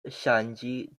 ŝanĝi